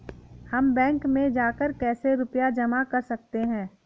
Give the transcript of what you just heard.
हम बैंक में जाकर कैसे रुपया जमा कर सकते हैं?